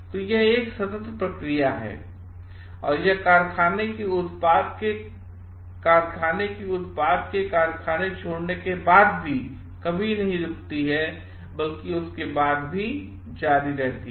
तो यह एक सतत प्रक्रिया है और यह कारखाने के उत्पाद केकारखानेछोड़ने के बाद कभी नहीं रुकती है लेकिनउसके बाद भी जारी रहती है